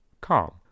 calm